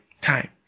time